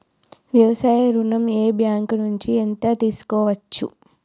వ్యవసాయ ఋణం ఏ బ్యాంక్ నుంచి ఎంత తీసుకోవచ్చు?